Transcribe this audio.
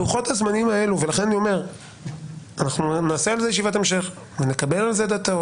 לוחות הזמנים האלו נעשה על זה ישיבת המשך ונקבל על זה דאטא,